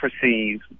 perceive